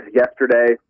yesterday